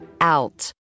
out